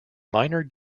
minor